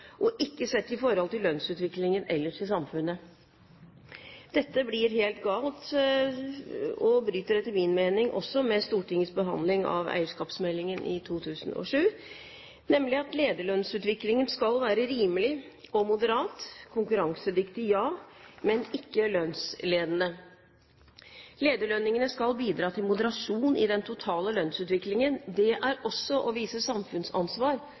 og ikke sett i forhold til lønnsutviklingen ellers i samfunnet. Dette blir helt galt og bryter etter min mening også med Stortingets behandling av eierskapsmeldingen i 2007, nemlig at lederlønnsutviklingen skal være rimelig og moderat – konkurransedyktig, ja, men ikke lønnsledende. Lederlønningene skal bidra til moderasjon i den totale lønnsutviklingen. Det er også å vise samfunnsansvar,